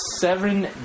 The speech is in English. seven